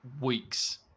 weeks